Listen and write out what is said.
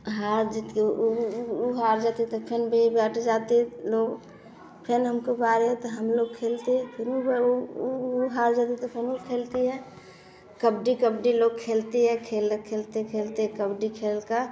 हार ज की ऊ हार जाती तो फिर बे बट जाते लोग फिर हमको बारे त हम लोग खेलते फिर ऊ ऊ ऊ ऊ हार जाते तो फिर ऊ खेलती है कबड्डी कबड्डी लोग खेलती है खेल खेलते खेलते कबड्डी खेल का